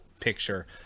picture